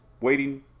Waiting